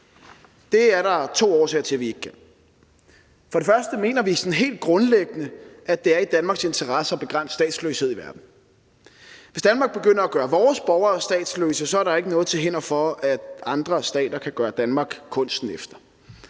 Det er der to årsager til at vi ikke kan. For det første mener vi sådan helt grundlæggende, at det er i Danmarks interesse at begrænse statsløshed i verden. Hvis Danmark begynder at gøre vores borgere statsløse, er der ikke noget til hinder for, at andre stater kan gøre Danmark kunsten efter,